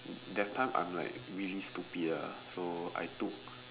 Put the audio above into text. that time I'm like really stupid ah so I took